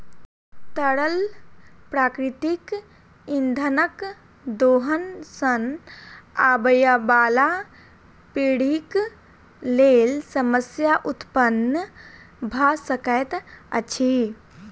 तरल प्राकृतिक इंधनक दोहन सॅ आबयबाला पीढ़ीक लेल समस्या उत्पन्न भ सकैत अछि